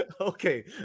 Okay